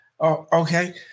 Okay